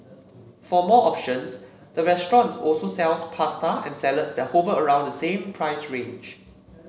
for more options the restaurant also sells pasta and salads that hover around the same price range